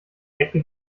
ecke